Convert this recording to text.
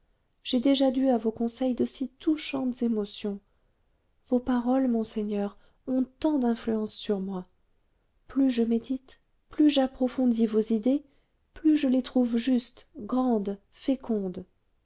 j'ai déjà dû à vos conseils de si touchantes émotions vos paroles monseigneur ont tant d'influence sur moi plus je médite plus j'approfondis vos idées plus je les trouve justes grandes fécondes